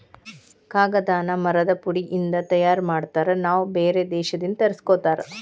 ಕಾಗದಾನ ಮರದ ಪುಡಿ ಇಂದ ತಯಾರ ಮಾಡ್ತಾರ ನಾವ ಬ್ಯಾರೆ ದೇಶದಿಂದ ತರಸ್ಕೊತಾರ